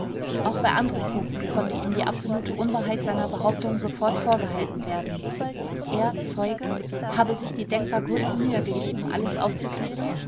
auch bei anderen punkten konnte ihm die absolute unwahrheit seiner behauptungen sofort vorgehalten werden er zeuge habe sich die denkbar größte mühe gegeben alles aufzuklären